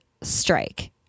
strike